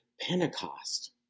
Pentecost